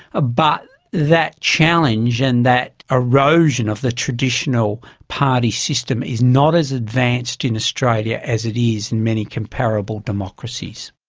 ah but that challenge and that erosion of the traditional party system is not as advanced in australia as it is in many comparable democracies.